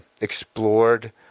explored